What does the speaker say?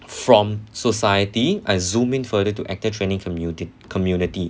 from society I zoom in further to acting training community community